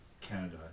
Canada